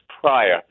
prior